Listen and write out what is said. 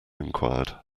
enquired